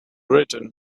written